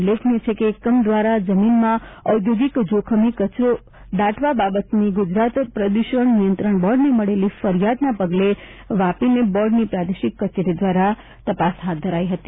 ઉલ્લેખનીય છે કે એકમ દ્વારા જમીનમાં ઔધોગીક જોખમી કચરો દાટવા બાબતે ગુજરાત પ્રદૂષણ નિયંત્રણ બોર્ડને મળેલ ફરિયાદના પગલે વાપીને બોર્ડની પ્રાદેશિક કચેરી દ્વારા તપાસ હાથ ધરાઈ હતી